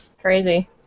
crazy